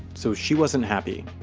so she wasn't happy.